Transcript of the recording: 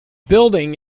building